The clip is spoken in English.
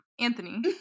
Anthony